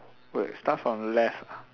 wait start from left ah